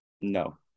No